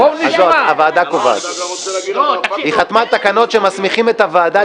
-- היא חתמה על תקנות שמסמיכות את הוועדה